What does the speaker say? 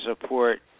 support